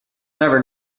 never